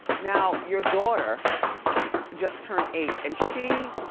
now, your daughter just turned eight and she,